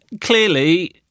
Clearly